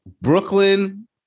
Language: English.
Brooklyn